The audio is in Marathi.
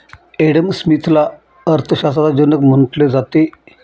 एडम स्मिथला अर्थशास्त्राचा जनक म्हटले जाते